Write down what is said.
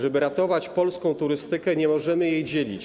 Żeby ratować polską turystykę, nie możemy jej dzielić.